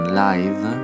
live